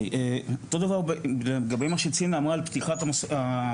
אותו הדבר לגבי מה שצינה אמרה לגבי פתיחת המסגרות.